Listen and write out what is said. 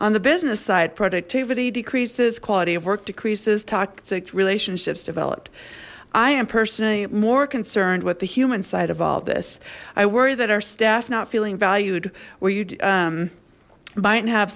on the business side productivity decreases quality of work decreases toxic relationships developed i am personally more concerned with the human side of all this i worry that our staff not feeling valued where you